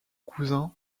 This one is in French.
cousin